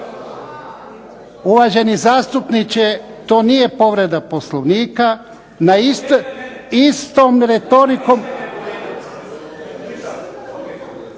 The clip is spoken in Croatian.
Uvaženi zastupniče to nije povreda Poslovnika. Istom retorikom